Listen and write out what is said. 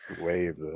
Wave